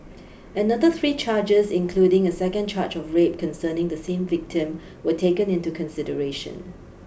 another three charges including a second charge of rape concerning the same victim were taken into consideration